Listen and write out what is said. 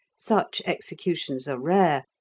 such executions are rare,